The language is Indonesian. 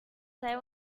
saya